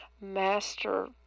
master